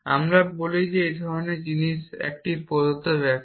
আমরা বলি যে এই ধরনের জিনিস একটি প্রদত্ত ব্যাখ্যা